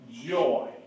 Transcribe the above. joy